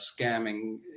scamming